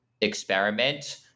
experiment